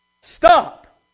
Stop